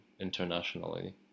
internationally